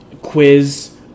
quiz